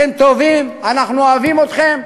אתם טובים, אנחנו אוהבים אתכם.